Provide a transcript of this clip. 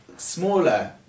Smaller